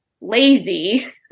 lazy